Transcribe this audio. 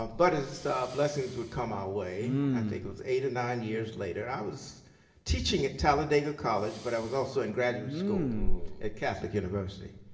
um but blessings would come our way, i think it was eight or nine years later. i was teaching at talladega college, but i was also in graduate school at catholic university.